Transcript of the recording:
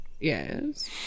Yes